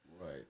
right